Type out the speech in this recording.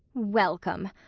welcome!